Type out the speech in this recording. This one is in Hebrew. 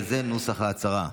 וזה נוסח ההצהרה: